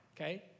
okay